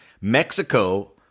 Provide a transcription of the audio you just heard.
Mexico